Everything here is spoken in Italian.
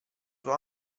sua